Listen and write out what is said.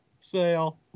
sale